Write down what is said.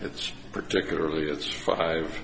it's particularly it's five